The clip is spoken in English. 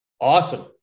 Awesome